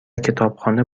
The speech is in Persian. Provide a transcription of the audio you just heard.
کتابخانه